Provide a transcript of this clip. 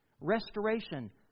restoration